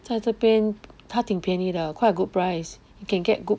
在这边它挺便宜的 quite good price you can get good